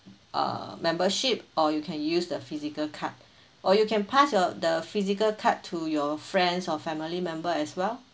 uh membership or you can use the physical card or you can pass your the physical cards to your friends or family member as well